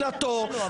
תודה רבה,